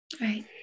Right